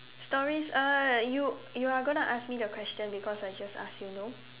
stories uh you you are gonna ask me the question because I just asked you no